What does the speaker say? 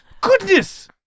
Goodness